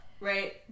right